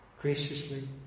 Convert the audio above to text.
graciously